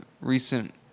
recent